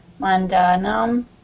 Mandanam